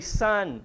son